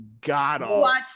god